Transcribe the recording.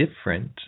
different